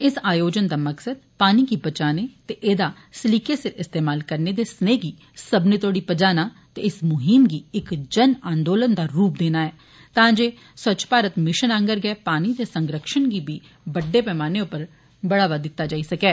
इस आयोजन दा मकसद पानी गी बचाने ते एह्दा सलीके सिर इस्तेमाल करने दे सनेए गी सब्बने तोड़ी पजाना ते इस मुहिम गी इक जन आंदोलन दा रूप देना ऐ तां जे स्वच्छ भारत मिशन आंगर गै पानी दे संरक्षण गी बी बड्छे पैमाने पर बढ़ावा दित्ता जाई सकै